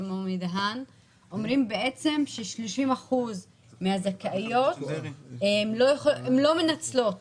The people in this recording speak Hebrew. מומי דהן אומרים ש-30 אחוזים מהזכאיות לא מנצלות